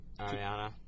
Ariana